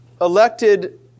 elected